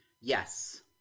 Yes